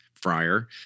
fryer